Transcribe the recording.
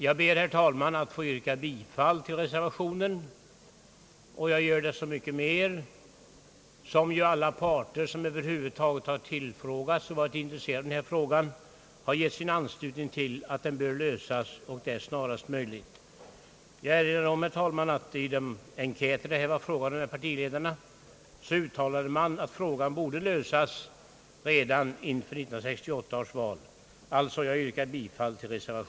Jag ber, herr talman, att få yrka bifall till reservationen, Jag gör det framför allt mot bakgrunden av det faktum att alla som över huvud taget har tillfrågats och som har varit intresserade av denna fråga har gett sin anslutning till att den bör lösas snarast möjligt. Jag erinrar också om att partiledarna i en enkät har uttalat att frågan bör lösas redan före 1968 års val.